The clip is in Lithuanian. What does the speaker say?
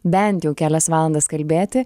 bent jau kelias valandas kalbėti